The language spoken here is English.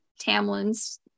Tamlin's